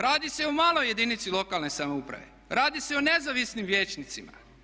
Radi se o maloj jedinici lokalne samouprave, radi se o nezavisnim vijećnicima.